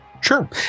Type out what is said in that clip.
Sure